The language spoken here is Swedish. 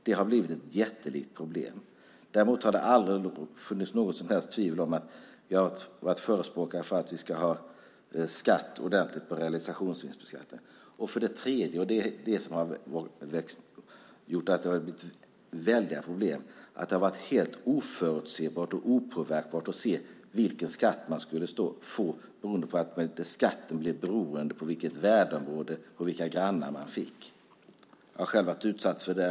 Det har blivit ett jättelikt problem. Däremot har det aldrig funnits något som helst tvivel om att vi har förespråkat skatt på realisationsvinster. För det tredje - och det är det som har skapat väldiga problem - har det varit helt oförutsebart och opåverkbart vilken skatt man skulle få på grund av att skatten beror på vilket värdeområde man bor i och vilka grannar man har. Jag har själv varit utsatt för det.